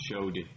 showed